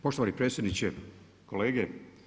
Poštovani predsjedniče, kolege.